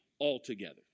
altogether